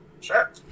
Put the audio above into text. Sure